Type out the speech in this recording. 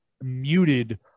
muted